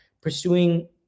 pursuing